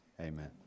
Amen